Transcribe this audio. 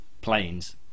planes